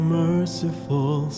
merciful